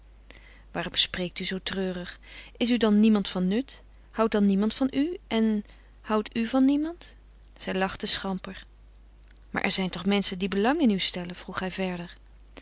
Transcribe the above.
waarom spreekt u zoo treurig is u dan niemand van nut houdt dan niemand van u en houdt u van niemand zij lachte schamper maar er zijn toch menschen die belang in u stellen vroeg hij verder